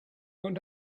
going